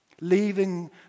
Leaving